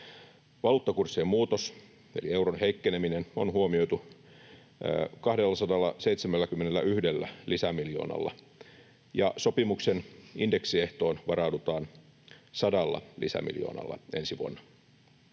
Valuuttakurssien muutos eli euron heikkeneminen on huomioitu 271 lisämiljoonalla, ja sopimuksen indeksiehtoon varaudutaan 100 lisämiljoonalla ensi vuonna.